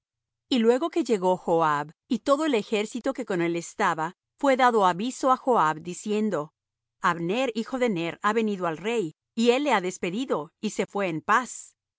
y luego que llegó joab y todo el ejército que con él estaba fué dado aviso á joab diciendo abner hijo de ner ha venido al rey y él le ha despedido y se fué en paz